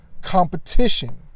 competition